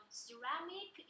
ceramic